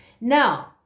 Now